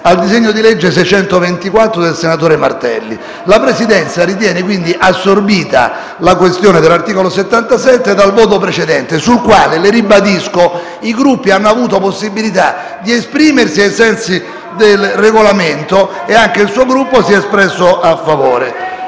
al disegno di legge n. 624. La Presidenza ritiene quindi assorbita la questione dell'articolo 77 dal voto precedente, sul quale - le ribadisco - i Gruppi hanno avuto possibilità di esprimersi ai sensi del Regolamento: anche il suo Gruppo si è espresso a favore.